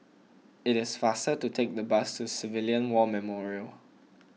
it is faster to take the bus to Civilian War Memorial